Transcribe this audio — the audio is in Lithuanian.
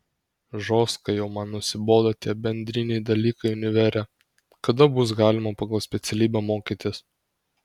žostkai jau man nusibodo tie bendriniai dalykai univere kada bus galima pagal specialybę mokytis